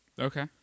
Okay